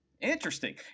Interesting